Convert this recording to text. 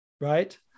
Right